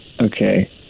Okay